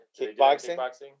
Kickboxing